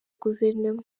guverinoma